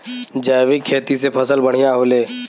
जैविक खेती से फसल बढ़िया होले